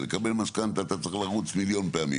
לקבל משכנתה אתה צריך לרוץ מיליון פעמים,